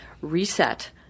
reset